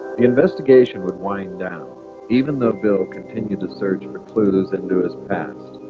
the investigation would wind down even though bill continued to search for clues into his past